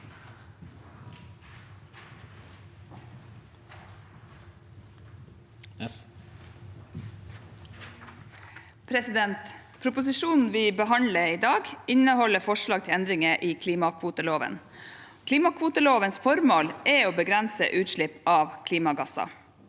leder): Proposisjonen vi behandler i dag, inneholder forslag til endringer i klimakvoteloven. Klimakvotelovens formål er å begrense utslipp av klimagasser.